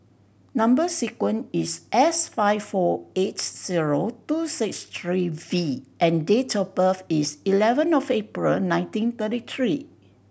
number sequence is S five four eight zero two six three V and date of birth is eleven of April nineteen thirty three